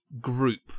group